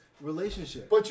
relationship